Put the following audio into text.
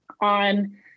on